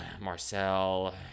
Marcel